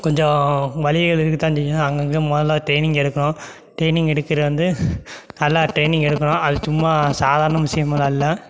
கொஞ்சம் வலிகள் இருக்க தான் செய்யும் அங்கங்கே முதல்ல ட்ரைனிங் எடுக்கணும் ட்ரைனிங் எடுக்கிறது வந்து நல்லா ட்ரைனிங் எடுக்கணும் அது சும்மா சாதாரண விஷயமெல்லாம் இல்லை